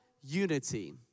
unity